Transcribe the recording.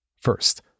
First